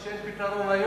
אני הבנתי שאין פתרון היום,